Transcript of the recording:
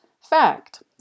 Fact